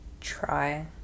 Try